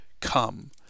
come